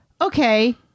okay